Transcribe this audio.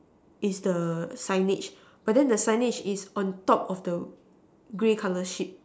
is the signage but then the signage is on top of the grey colour sheep